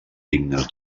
dignes